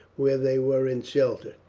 where they were in shelter,